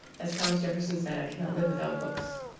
as thomas jefferson said, i cannot live without books.